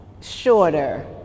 shorter